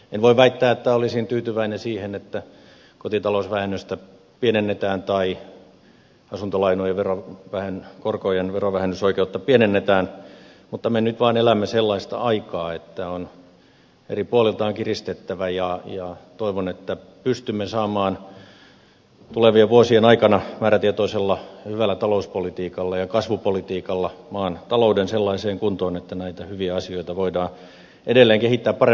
en voi väittää että olisin tyytyväinen siihen että kotitalousvähennystä pienennetään tai asuntolainojen korkojen verovähennysoikeutta pienennetään mutta me nyt vaan elämme sellaista aikaa että eri puolilta on kiristettävä ja toivon että pystymme saamaan tulevien vuosien aikana määrätietoisella ja hyvällä talouspolitiikalla ja kasvupolitiikalla maan talouden sellaiseen kuntoon että näitä hyviä asioita voidaan edelleen kehittää parempaan suuntaan